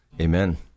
Amen